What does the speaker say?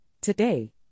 Today